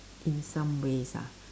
in some ways ah